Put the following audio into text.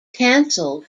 cancelled